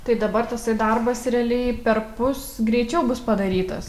tai dabar tasai darbas realiai perpus greičiau bus padarytas